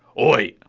oy!